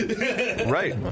Right